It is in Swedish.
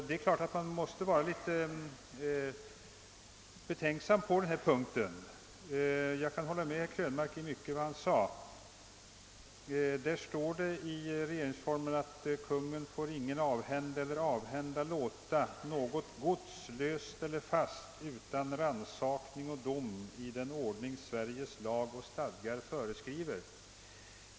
Det är klart att man måste vara litet betänksam på den här punkten. Jag kan hålla med herr Krönmark i mycket av vad han yttrade. I regeringsformen står det att »kungen får ingen avhända eller avhända låta något gods löst eller fast utan rannsakning och dom i den ordning Sveriges lag och stadgar föreskriva».